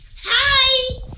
Hi